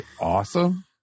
awesome